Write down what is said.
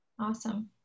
Awesome